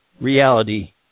Reality